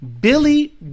billy